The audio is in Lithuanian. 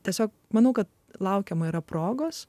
tiesiog manau kad laukiamą yra progos